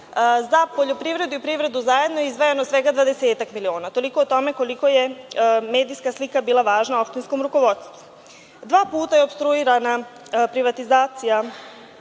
za poljoprivredu i privredu zajedno izdvajano je svega dvadesetak miliona. Toliko o tome koliko je medijska slika bila važna opštinskom rukovodstvu. Dva puta je opstruirana privatizacija